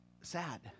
sad